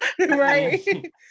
Right